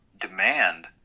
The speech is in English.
demand